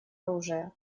оружия